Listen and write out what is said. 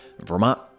Vermont